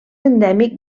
endèmic